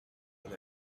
wenn